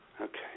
Okay